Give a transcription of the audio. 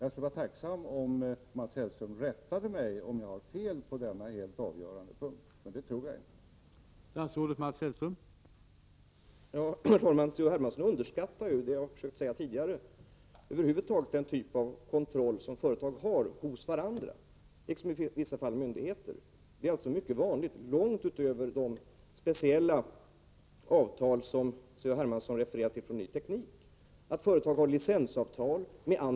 Jag skulle vara tacksam för att Mats Hellström rättade mig, om jag har fel på denna helt avgörande punkt, men det tror jag inte att jag har.